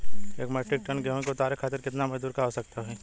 एक metric ton गेहूँ के उतारे खातीर कितना मजदूर क आवश्यकता होई?